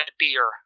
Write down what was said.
beer